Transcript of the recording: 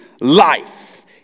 life